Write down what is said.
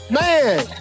Man